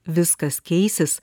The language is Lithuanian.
viskas keisis